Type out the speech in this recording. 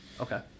Okay